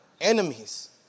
enemies